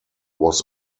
was